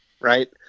right